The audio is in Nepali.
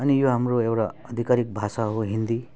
अनि यो हाम्रो एउटा आधिकारीक भाषा हो हिन्दी